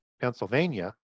pennsylvania